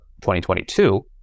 2022